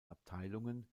abteilungen